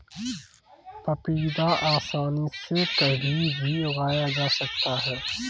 पपीता आसानी से कहीं भी उगाया जा सकता है